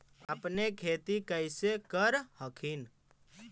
अपने खेती कैसे कर हखिन?